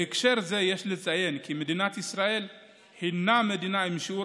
בהקשר זה יש לציין כי מדינת ישראל היא המדינה עם שיעור